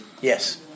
Yes